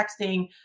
texting